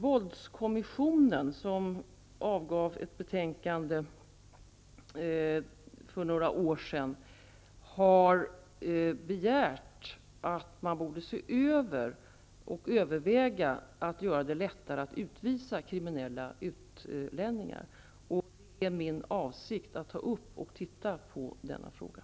Våldskommissionen, som avgav ett betänkande för några år sedan, har begärt en översyn av bestämmelserna på detta område och att man borde överväga att göra det lättare att utvisa kriminella utlänningar. Det är min avsikt att ta upp och undersöka den frågan.